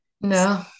no